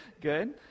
good